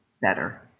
better